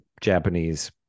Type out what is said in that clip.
Japanese